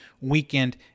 weekend